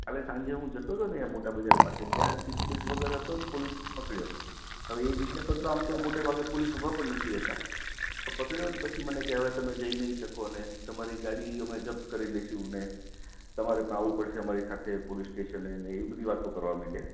કાલે સાંજે હું જતો તો ને અહીં મોટા બજાર પાસે ત્યાં સીટ બેલ્ટ વગર હતો ને પોલીસે પકડ્યો હવે એ જગ્યા પર તો આમ તો મોટે ભાગે પોલીસ ઊભા પણ નથી રહેતાં પકડ્યો ને પછી મને કે હવે તમે જઈ નહીં શકો ને તમારી ગાડી અમે જપ્ત કરી લઈશું ને તમારે પણ આવવું પડશે અમારી સાથે પોલીસ સ્ટેશન એ ને એવી બધી વાતો કરવા મંડ્યા